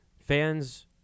fans